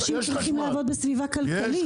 אנשים צריכים לעבוד בסביבה כלכלית.